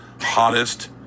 hottest